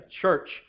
church